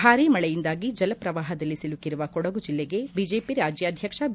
ಬಾರಿ ಮಳೆಯಿಂದಾಗಿ ಜಲಪ್ರವಾಹದಲ್ಲಿ ಸಿಲುಕಿರುವ ಕೊಡಗು ಜಲ್ಲೆಗೆ ಬಿಜೆಪಿ ರಾಜ್ಕಾಧ್ವಕ್ಷ ಬಿ